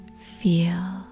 Feel